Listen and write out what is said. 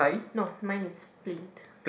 no mine is plain